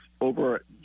over